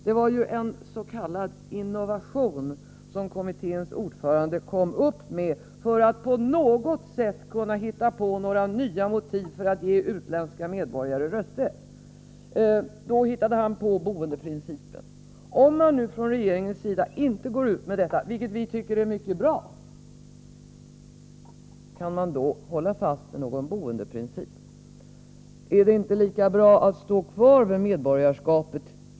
Denna s.k. innovation kom kommitténs ordförande på för att på något sätt kunna hitta på några nya motiv för att ge utländska medborgare rösträtt. Han hittade därför på boendeprincipen. Om regeringen inte går ut med detta — vilket vi tycker är mycket bra — frågar man sig om man kan hålla fast vid någon boendeprincip. Är det då inte lika bra att enbart ha kvar regeln om medborgarskap?